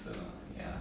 so ya